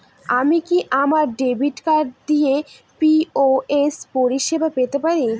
আমি কি আমার ডেবিট কার্ড দিয়ে পি.ও.এস পরিষেবা পেতে পারি?